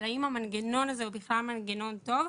אם המנגנון הזה הוא בכלל מנגנון טוב.